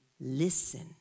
listen